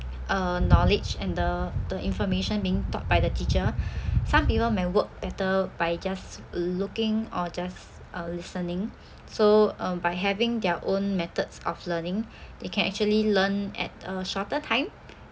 uh knowledge and the the information being taught by the teacher some people may work better by just looking or just uh listening so um by having their own methods of learning they can actually learn at a shorter time